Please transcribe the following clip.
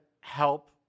help